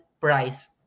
price